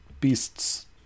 Beast's